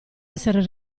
essere